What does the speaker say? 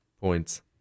Points